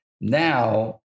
now